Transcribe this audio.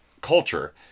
culture